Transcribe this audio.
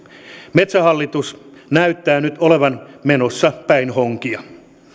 metsähallitus näyttää nyt olevan menossa päin honkia